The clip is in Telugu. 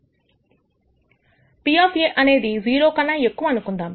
P అనేది ఇది 0 కన్నా ఎక్కువ అనుకుందాం